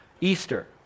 Easter